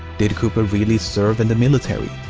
did cooper really serve in the military?